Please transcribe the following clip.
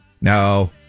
No